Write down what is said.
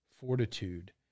fortitude